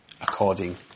according